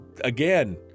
again